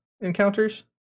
encounters